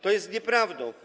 To jest nieprawda.